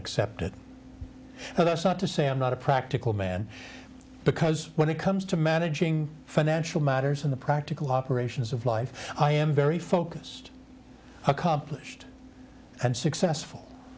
accept it and that's not to say i'm not a practical man because when it comes to managing financial matters in the practical operations of life i am very focused accomplished and successful